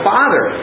Father